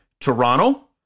Toronto